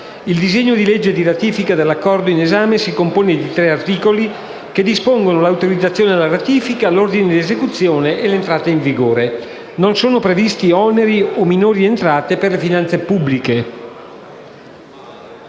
Il disegno di legge di ratifica dell'Accordo in esame si compone di 3 articoli che dispongono l'autorizzazione alla ratifica, l'ordine di esecuzione e l'entrata in vigore. Non sono previsti oneri o minori entrate per le finanze pubbliche.